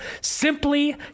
simply